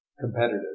competitive